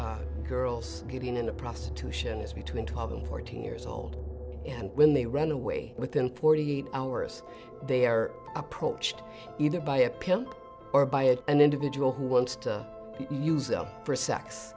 y girls getting into prostitution is between two other fourteen years old and when they run away within forty eight hours they are approached either by a pimp or by a an individual who wants to sell for sex